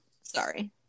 sorry